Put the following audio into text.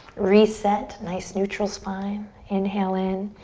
reset, nice neutral spine. inhale in.